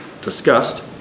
discussed